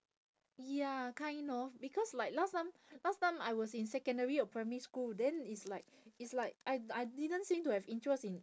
ya kind of because like last time last time I was in secondary or primary school then it's like it's like I I didn't seem to have interest in